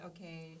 Okay